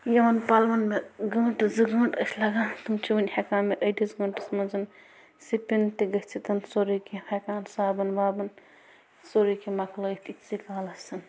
یِمَن پَلوَن مےٚ گٲنٛٹہٕ زٕ گٲنٛٹہٕ ٲسۍ لگان تِم چھِ وٕنۍ ہٮ۪کان مےٚ أڑِس گٲنٛٹَس منٛز سِپِن تہِ گٔژھِتھ سورٕے کیٚنہہ ہٮ۪کان صابَن وابَن سورٕے کیٚنہہ مَکلٲیِتھ اِتۍ سٕے کالَس